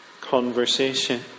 conversation